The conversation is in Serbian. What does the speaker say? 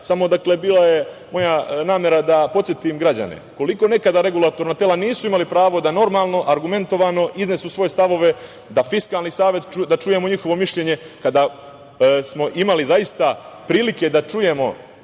dakle, bila je moja namera da podsetim građane koliko nekada regulatorna tela nisu imali pravo da normalno, argumentovano iznesu svoje stavove, da čujemo mišljenje Fiskalnog saveta, kada smo imali zaista prilike da čujemo